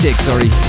Sorry